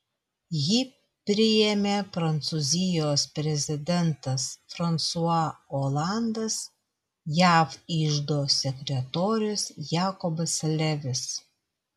jį priėmė prancūzijos prezidentas fransua olandas jav iždo sekretorius jakobas levis